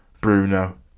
Bruno